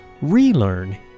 relearn